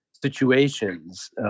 Situations